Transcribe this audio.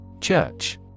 Church